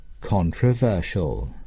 controversial